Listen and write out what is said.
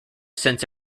sense